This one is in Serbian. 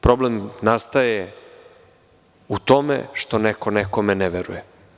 Problem nastaje u tome što neko nekome ne veruje.